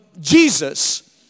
Jesus